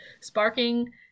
sparking